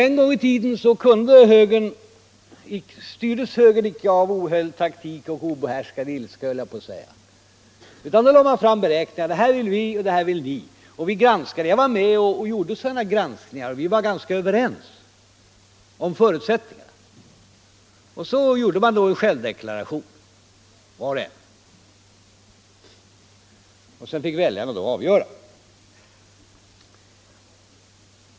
En gång i tiden styrdes högern inte av ohöljd taktik och obehärskad ilska utan lade fram beräkningar: det här vill vi och det här vill ni. Jag var med och gjorde sådana granskningar, och vi var ganska överens om förutsättningarna. Så gjorde var och en en självdeklaration, och sedan fick väljarna avgöra.